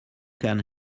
can